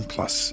Plus